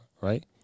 right